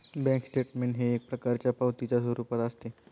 bank statement हे एक प्रकारच्या पावतीच्या स्वरूपात असते